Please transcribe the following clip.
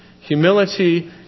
humility